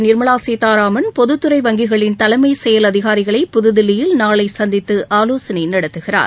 நிர்மலா சீதாராமன் பொதுத்துறை வங்கிகளின் தலைமை செயல் அதிகாரிகளை புதுதில்லியில் நாளை சந்தித்து ஆலோசனை நடத்துகிறார்